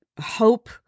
hope